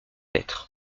être